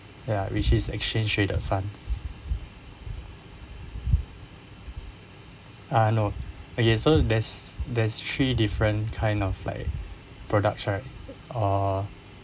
ya which is exchange traded funds uh not okay so there's there's three different kind of like products right or